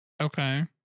Okay